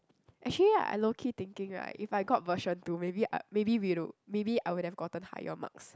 actually I low key thinking right if I got version two maybe uh maybe will maybe I would have gotten higher marks